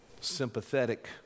sympathetic